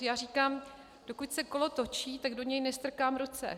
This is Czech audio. Já říkám, dokud se kolo točí, tak do něj nestrkám ruce.